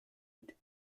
and